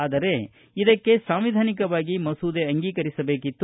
ಆದರೆ ಇದಕ್ಕೆ ಸಂವಿಧಾನಿಕವಾಗಿ ಮಸೂದೆ ಅಂಗೀಕರಿಸಬೇಕಿತ್ತು